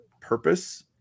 purpose